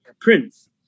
Prince